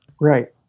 Right